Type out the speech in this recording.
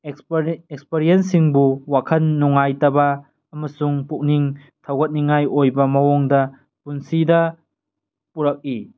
ꯑꯦꯛꯄꯔꯤꯌꯦꯟꯁꯁꯤꯡꯕꯨ ꯋꯥꯈꯜ ꯅꯨꯡꯉꯥꯏꯇꯕ ꯑꯃꯁꯨꯡ ꯄꯨꯛꯅꯤꯡ ꯊꯧꯒꯠꯅꯤꯡꯉꯥꯏ ꯑꯣꯏꯕ ꯃꯑꯣꯡꯗ ꯄꯨꯟꯁꯤꯗ ꯄꯨꯔꯛꯏ